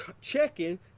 Checking